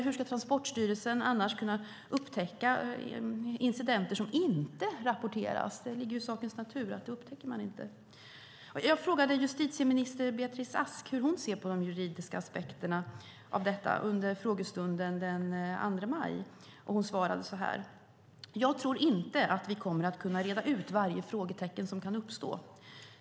Hur ska Transportstyrelsen annars kunna upptäcka incidenter som inte rapporteras? Det ligger i sakens natur att man inte upptäcker det. Jag frågade justitieminister Beatrice Ask hur hon ser på de juridiska aspekterna av detta under frågestunden den 2 maj. Hon svarade: "Jag tror inte att vi kommer att kunna reda ut varje frågetecken som kan uppstå.